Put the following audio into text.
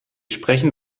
sprechen